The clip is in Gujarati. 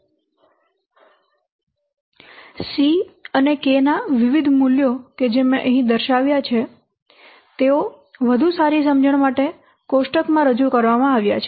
c અને k ના વિવિધ મૂલ્યો કે જે મેં અહીં દર્શાવ્યા છે તેઓ વધુ સારી સમજણ માટે કોષ્ટકમાં રજૂ કરવામાં આવ્યા છે